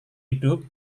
hidup